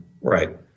Right